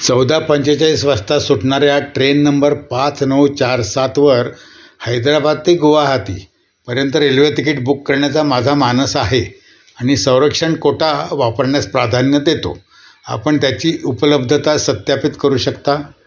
चौदा पंचेचाळीस वाजता सुटणाऱ्या ट्रेन नंबर पाच नऊ चार सातवर हैदराबाद ते गुवाहाटीपर्यंत रेल्वे तिकीट बुक करण्याचा माझा मानस आहे आणि संरक्षण कोटा वापरण्यास प्राधान्य देतो आपण त्याची उपलब्धता सत्यापित करू शकता